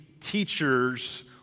teachers